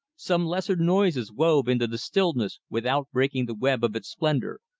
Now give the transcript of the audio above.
some lesser noises wove into the stillness without breaking the web of its splendor,